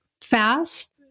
fast